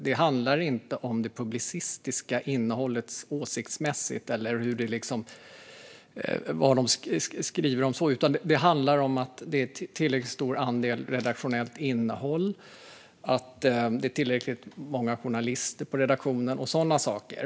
Det handlar inte om det publicistiska innehållet åsiktsmässigt och vad medierna skriver om, utan det handlar om att det är en tillräckligt stor andel redaktionellt innehåll, att det är tillräckligt många journalister på redaktionen och sådana saker.